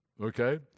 Okay